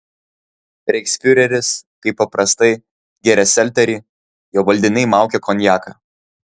reichsfiureris kaip paprastai gėrė selterį jo valdiniai maukė konjaką